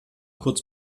kurz